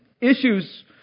issues